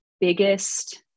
biggest